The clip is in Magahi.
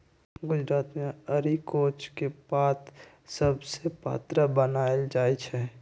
गुजरात मे अरिकोच के पात सभसे पत्रा बनाएल जाइ छइ